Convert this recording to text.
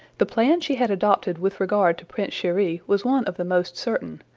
the plan she had adopted with regard to prince cheri was one of the most certain,